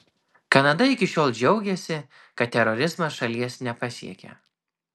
kanada iki šiol džiaugėsi kad terorizmas šalies nepasiekia